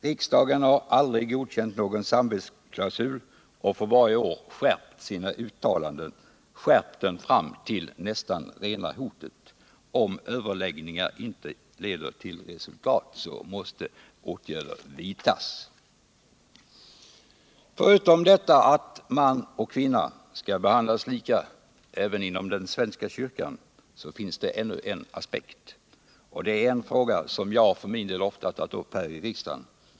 Riksdagen har aldrig godkänt någon samvetsklausul och för varje år skärpt sina uttalanden, skärpt dem nästan fram till rena hotet: om överläggningar inte leder till resultat, så måste åtgärder vidtagas. Förutom detta att man och kvinna skall behandlas lika även inom den svenska kyrkan, så finns det ännu en aspekt. Det är en fråga som jag för min del ofta tagit upp här i riksdagen.